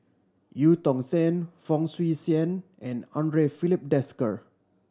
Eu Tong Sen Fong Swee Suan and Andre Filipe Desker